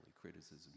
criticism